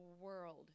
world